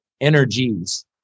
energies